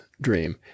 dream